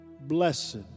Blessed